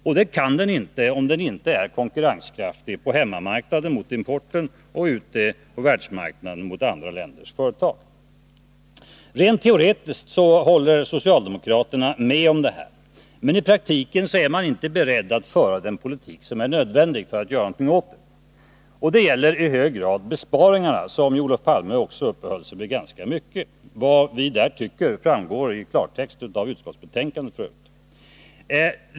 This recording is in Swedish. Och det kan den inte göra om den inte är konkurrenskraftig på hemmamarknaden mot importen och på världsmarknaden mot andra länders företag. Rent teoretiskt håller socialdemokraterna med om detta. Men i praktiken är man inte beredd att föra den politik som är nödvändig. Det gäller i hög grad besparingarna, som Olof Palme uppehöll sig vid ganska mycket. Vad vi där tycker framgår i klartext av utskottsbetänkandet.